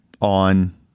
on